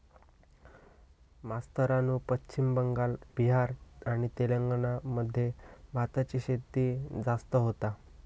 मास्तरानू पश्चिम बंगाल, बिहार आणि तेलंगणा मध्ये भाताची शेती जास्त होता